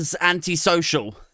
antisocial